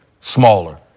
smaller